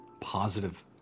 positive